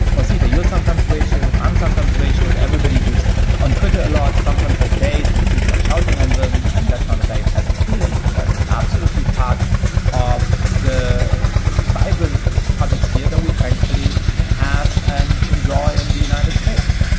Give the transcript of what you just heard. ah see to your sometimes ratio. i'm sometimes ratio of everybody who's on twitter. a lot sometimes has days when people are shouting on them. and that's not a very pleasant feeling. but that is absolutely part of the vibrant public sphere that we thankfully have and enjoy in the united states.